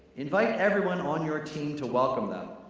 invite everyone on your team to welcome them.